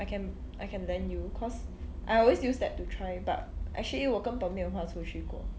I can I can lend you because I always use that to try but actually 我根本没有画出去过